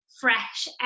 fresh